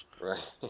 right